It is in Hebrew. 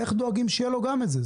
איך דואגים שיהיה לו גם את זה?